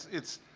it's